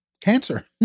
cancer